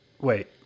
Wait